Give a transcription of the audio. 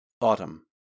Autumn